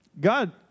God